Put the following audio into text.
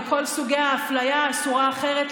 וכל סוגי האפליה האסורה האחרים,